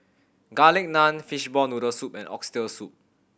Garlic Naan fishball noodle soup and Oxtail Soup